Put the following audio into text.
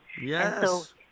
Yes